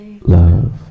love